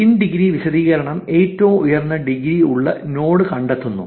in degree കേന്ദ്രീകരണം ഏറ്റവും ഉയർന്ന ഡിഗ്രി ഉള്ള നോഡ് കണ്ടെത്തുന്നു